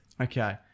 Okay